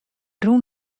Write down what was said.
rûn